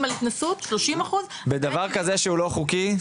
על התנסות--- בדבר כזה שהוא לא חוקי,